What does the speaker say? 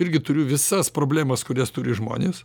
irgi turiu visas problemas kurias turi žmonės